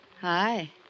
Hi